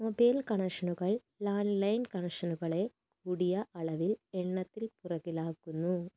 mobile കണക്ഷനുകൾ land line കണക്ഷനുകളെ കൂടിയ അളവിൽ എണ്ണത്തിൽ പുറകിലാക്കുന്നു